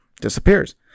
disappears